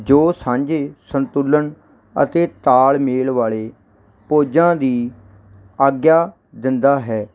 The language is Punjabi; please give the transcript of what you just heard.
ਜੋ ਸਾਂਝੇ ਸੰਤੁਲਨ ਅਤੇ ਤਾਲਮੇਲ ਵਾਲੇ ਪੋਜਾਂ ਦੀ ਆਗਿਆ ਦਿੰਦਾ ਹੈ